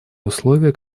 условия